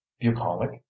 Bucolic